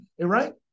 right